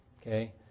Okay